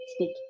speak